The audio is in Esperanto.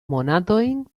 monatojn